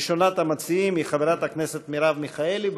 ראשונת המציעים היא חברת הכנסת מרב מיכאלי.